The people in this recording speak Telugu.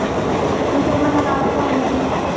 ఇంకేమైనా కావాలాండి మీకు